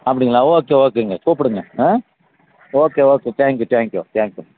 அப்படிங்களா ஓகே ஓகேங்க கூப்பிடுங்க ஆ okay okay thank you thank you thank you